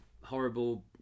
horrible